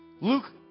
Luke